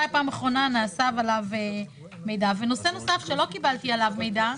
נושא נוסף שלא קיבלתי עליו מידע,